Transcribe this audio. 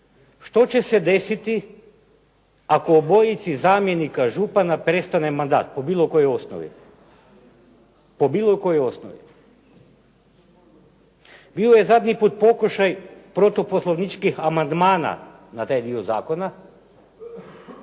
što će se desiti ako obojici zamjenika župana prestane mandat po bilo kojoj osnovi. Bio je zadnji put pokušaj protuposlovničkih amandmana na taj dio zakona,